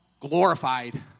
glorified